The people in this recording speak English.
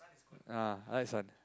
ah I like Sun